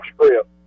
script